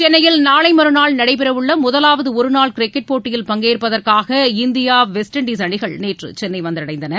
சென்னையில் நாளை மறுநாள் நடைபெறவுள்ள முதலாவது ஒருநாள் கிரிக்கெட் போட்டியில் பங்கேற்பதற்காக இந்தியா வெஸ்ட் இண்டஸ் அணிகள் நேற்று சென்னை வந்தடைந்தன